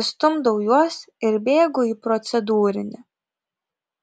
išstumdau juos ir bėgu į procedūrinį